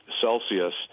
Celsius